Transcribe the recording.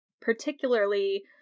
particularly